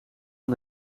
aan